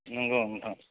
नंगौ नोंथां